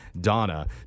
Donna